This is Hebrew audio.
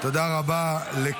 זה לא ניגוד עניינים?